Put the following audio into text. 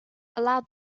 allowed